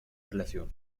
relación